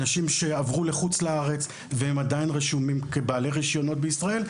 אנשים שעברו לחוץ לארץ והם עדיין רשומים כבעלי רישיונות בישראל,